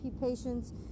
patients